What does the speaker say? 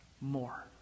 more